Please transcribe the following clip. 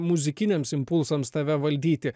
muzikiniams impulsams tave valdyti